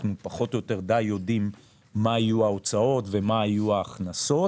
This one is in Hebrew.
אנחנו יודעים פחות או יותר מה יהיו ההוצאות ומה יהיו ההכנסות.